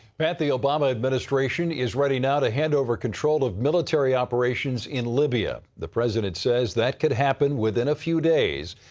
pat, the obama administration is ready now to hand over control to military operations in libya. the president says that could happen within a few days.